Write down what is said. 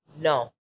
no